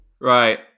Right